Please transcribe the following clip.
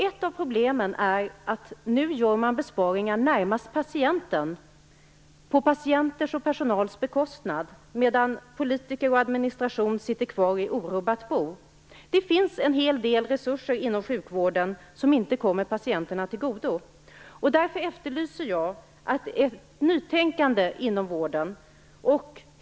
Ett av problemen är att man nu gör besparingar närmast patienten, alltså på patienternas och personalens bekostnad, medan politiker och administration sitter kvar i orubbat bo. Det finns en hel del resurser inom sjukvården som inte kommer patienterna till godo. Därför efterlyser jag ett nytänkande inom vården.